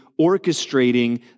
orchestrating